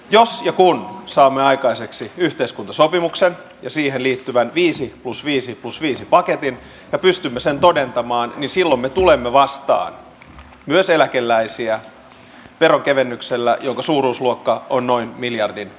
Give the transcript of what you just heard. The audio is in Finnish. jos ja kun saan aikaiseksi yhteiskuntasopimuksen ja siihen liittyvän viisi plus viisi plus viisi paketin ja pystymme sen todentamaan visilla me tulemme vastaa myös eläkeläisiä verokevennyksellä jonka suuruusluokka on noin miljardi